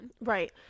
right